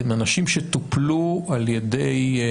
אלה אנשים שטופלו על ידי